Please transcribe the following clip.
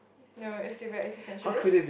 no it's still very existentialist